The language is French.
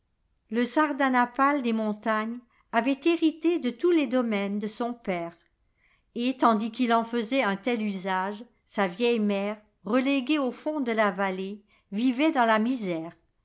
le sardanapale des montagnes avait hérité de tous les domaines de son père et j fi tandis qu'il en faisait un tel usage sa vieille mère reléguée au fond de la vallée vivait dans la misùi'e